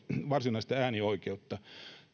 varsinaista äänioikeutta